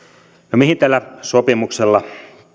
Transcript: no mihin tällä sopimuksella